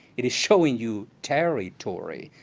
it is showing you territory,